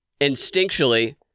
instinctually